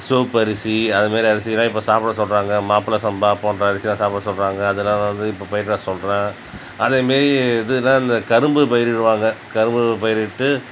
சிவப்பு அரிசி அதைமாதிரி அரிசிலாம் இப்போ சாப்பிட சொல்கிறாங்க மாப்பிள சம்பா போன்ற அரிசிலாம் சாப்பிட சொல்கிறாங்க அதனால் வந்து இப்போ பயிரிட சொல்கிற அதேமாரி இதுதான் இந்த கரும்பு பயிரிடுவாங்க கரும்பு பயிரிட்டு